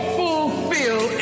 fulfill